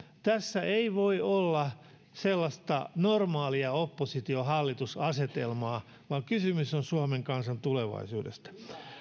tässä ei voi olla sellaista normaalia oppositio hallitus asetelmaa vaan kysymys on suomen kansan tulevaisuudesta